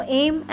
aim